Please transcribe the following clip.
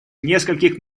нескольких